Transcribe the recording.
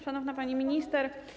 Szanowna Pani Minister!